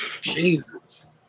Jesus